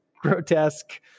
grotesque